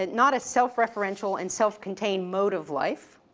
not a self-referential and self-contained mode of life.